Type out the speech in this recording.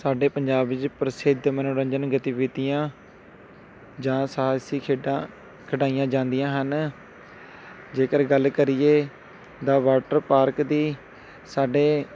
ਸਾਡੇ ਪੰਜਾਬ ਵਿੱਚ ਪ੍ਰਸਿੱਧ ਮੰਨੋਰੰਜਨ ਗਤੀਵਿਧੀਆਂ ਜਾਂ ਸਾਹਸੀ ਖੇਡਾਂ ਖਿਡਾਈਆਂ ਜਾਂਦੀਆਂ ਹਨ ਜੇਕਰ ਗੱਲ ਕਰੀਏ ਦਾ ਵਾਟਰ ਪਾਰਕ ਦੀ ਸਾਡੇ